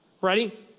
Ready